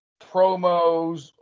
promos